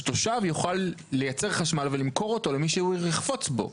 שתושב יוכל לייצר חשמל ולמכור אותו למי שהוא יחפוץ בו.